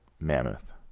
Mammoth